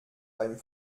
beim